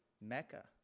Mecca